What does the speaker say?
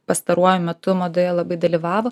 pastaruoju metu madoje labai dalyvavo